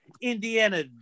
Indiana